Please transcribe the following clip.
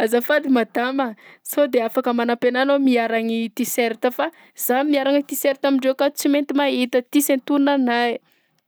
Azafady madama! Sao de afaka manampy anahay ianao miaragny tiserta fa zaho miaragna tiserta amindreo akato tsy mety mahita, ty sy antonona anahy?